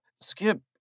Skip